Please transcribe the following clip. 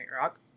Rock